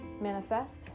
manifest